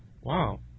Wow